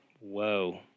Whoa